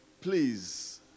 Please